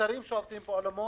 המלצרים שעובדים באולמות,